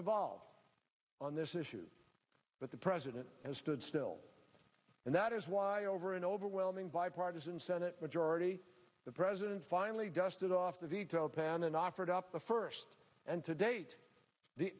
evolved on this issue but the president has stood still and that is why over an overwhelming bipartisan senate majority the president finally dusted off the veto pen and offered up the first and to date the